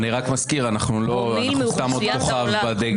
אני רק מזכיר, אנחנו סתם עוד כוכב בדגל.